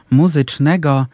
muzycznego